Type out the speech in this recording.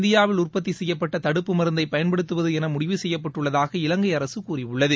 இந்தியாவில் உற்பத்திசெய்யப்பட்டதடுப்பு மருந்தைபயன்படுத்துவதுஎனமுடிவு இதற்குமாற்றாக செய்யப்பட்டுள்ளதாக இலங்கைஅரசுகூறியுள்ளது